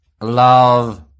Love